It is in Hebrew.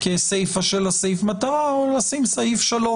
כסיפה של סעיף המטרה או לשים סעיף 3